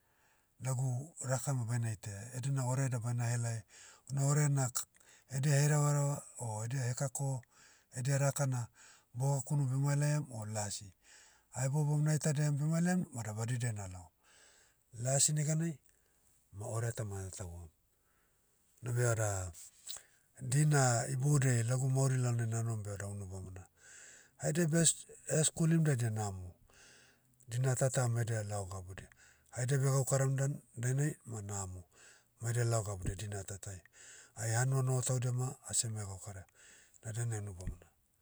Lagu raka ma baina itaia, edena orea da baina helai, una orea na k- edia hereva hereva, o edia hekako, edia raka na, bogakunu bemailaiam o lasi. Ahebouboum naitadiam bemailaim, vada badidia nalao. Lasi neganai, ma orea tama natahuam. Nabe ada, dina iboudiai lagu mauri lalnai nanohom beada unu bamona. Haidia beh es- eskulim daidia namo. Dina tata mai edia lao gabudia. Haidia beh egaukaram dan, dainai, ma namo. Maedia lao gabudia dina tatai. Ai hanua noho taudia ma, asiemai gaukara. Na dainai nu bamona.